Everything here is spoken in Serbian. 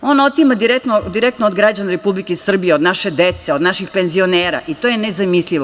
On otima direktno od građana Republike Srbije, od naše dece, od naših penzionera i to je nezamislivo.